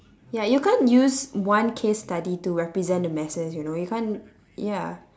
ya you can't use one case study to represent the masses you know you can't ya